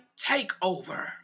takeover